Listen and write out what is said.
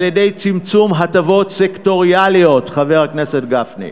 על-ידי צמצום הטבות סקטוריאליות, חבר הכנסת גפני,